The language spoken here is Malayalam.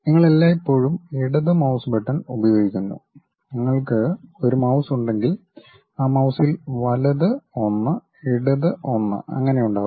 നിങ്ങൾ എല്ലായ്പ്പോഴും ഇടത് മൌസ് ബട്ടൺ ഉപയോഗിക്കുന്നു നിങ്ങൾക്ക് ഒരു മൌസ് ഉണ്ടെങ്കിൽ ആ മൌസിൽ വലത് ഒന്ന് ഇടത് ഒന്ന് അങ്ങനെ ഉണ്ടാകും